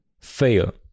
fail